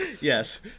yes